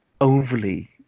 overly